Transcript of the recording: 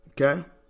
Okay